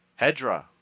Hedra